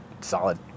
Solid